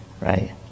right